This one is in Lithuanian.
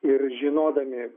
ir žinodami